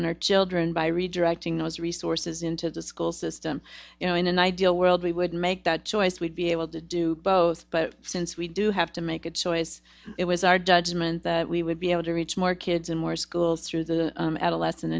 on our children by redirecting those resources into the school system you know in an ideal world we would make that choice we'd be able to do both but since we do have to make a choice it was our judgment that we would be able to reach more kids and more schools through the adolescent